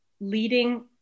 leading